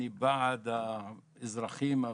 אני בעד האזרחים הוותיקים.